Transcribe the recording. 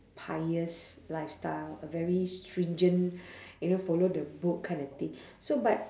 pious lifestyle a very stringent you know follow the book kind of thing so but